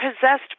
possessed